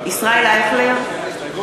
אייכלר,